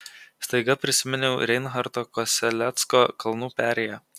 staiga prisiminiau reinharto kosellecko kalnų perėją